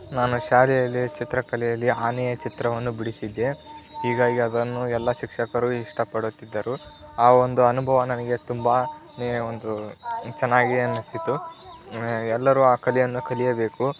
ನಾನು ಶಾಲೆಯಲ್ಲಿ ಚಿತ್ರಕಲೆಯಲ್ಲಿ ಆನೆಯ ಚಿತ್ರವನ್ನು ಬಿಡಿಸಿದ್ದೆ ಹೀಗಾಗಿ ಅದನ್ನು ಎಲ್ಲ ಶಿಕ್ಷಕರು ಇಷ್ಟಪಡುತ್ತಿದ್ದರು ಆ ಒಂದು ಅನುಭವ ನನಗೆ ತುಂಬಾ ಒಂದು ಚೆನ್ನಾಗಿ ಅನ್ನಿಸಿತ್ತು ಎಲ್ಲರೂ ಆ ಕಲೆಯನ್ನು ಕಲಿಯಬೇಕು